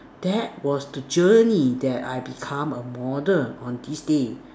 that was the journey that I become a model on this day